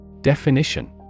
Definition